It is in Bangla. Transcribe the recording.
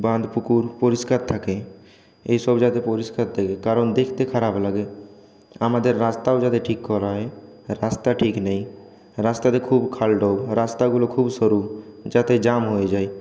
বাঁধ পুকুর পরিষ্কার থাকে এসব যাতে পরিষ্কার দেখি কারণ দেখতে খারাপ লাগে আমাদের রাস্তাও যাতে ঠিক করা হয় রাস্তা ঠিক নেই রাস্তাতে খুব খাল ডোব রাস্তা খুব সরু যাতে জ্যাম হয়ে যাই